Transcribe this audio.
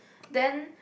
then